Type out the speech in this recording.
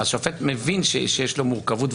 שופט מבין שיש לו מורכבות,